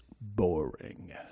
boring